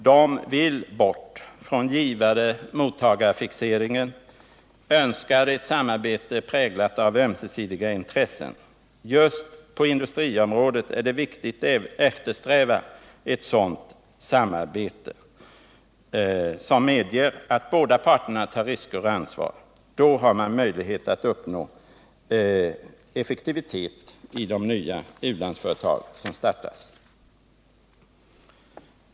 Dessa vill bort från givare-mottagarefixeringen och önskar ett samarbete präglat av ömsesidiga intressen. Just på industriområdet är det viktigt att eftersträva ett samarbete som medger att båda parterna tar risker och ansvar. Då har man möjlighet att uppnå effektivitet i de nya u-landsföretag som startas.